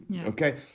Okay